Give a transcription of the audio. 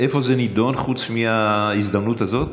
איפה זה נדון חוץ מההזדמנות הזאת?